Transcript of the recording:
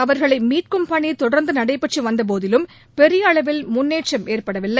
அவர்களை மீட்கும் பணி தொடர்ந்து நடைபெற்று வந்தபோதிலும் பெரிய அளவில் முன்னேற்றம் எட்டப்படவில்லை